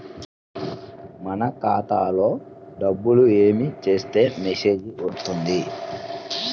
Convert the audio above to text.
మన ఖాతాలో డబ్బులు ఏమి చేస్తే మెసేజ్ వస్తుంది?